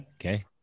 okay